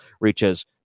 reaches